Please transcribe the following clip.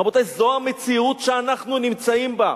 רבותי, זו המציאות שאנחנו נמצאים בה.